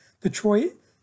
Detroit